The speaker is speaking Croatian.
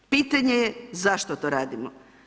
Pitanje je zašto to radimo?